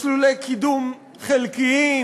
מסלולי קידום חלקיים.